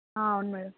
అవును మేడం